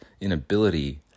inability